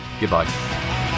Goodbye